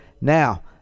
Now